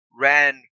ran